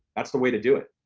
that's the way to do it.